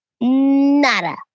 Nada